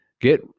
get